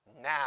now